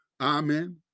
amen